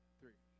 three